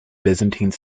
byzantine